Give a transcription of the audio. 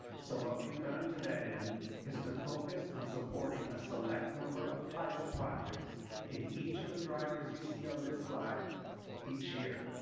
so what we have done to that end is to focus on supporting a select number of pilot projects in each of the drivers you see on this slide each year.